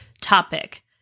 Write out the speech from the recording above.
topic